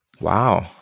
Wow